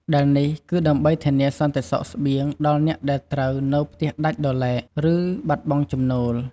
ដែលនេះគឺដើម្បីធានាសន្តិសុខស្បៀងដល់អ្នកដែលត្រូវនៅផ្ទះដាច់ដោយឡែក ឬបាត់បង់ចំណូល។